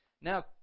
Now